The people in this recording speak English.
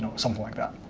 something like that.